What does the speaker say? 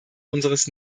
unseres